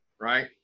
right